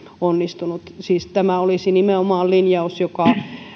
onnistunut siis tämä olisi nimenomaan linjaus joka